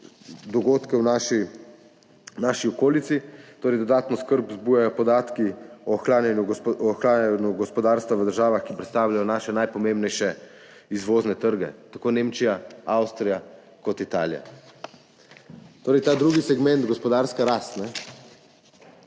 dogodke v naši, naši okolici. Dodatno skrb vzbujajo podatki o ohlajanju gospodarstva v državah, ki predstavljajo naše najpomembnejše izvozne trge, tako Nemčija, Avstrija kot Italija. Torej ta drugi segment, gospodarska rast, ni